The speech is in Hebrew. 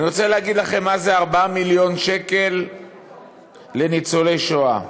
אני רוצה להגיד לכם מה זה 4 מיליון שקל לניצולי שואה.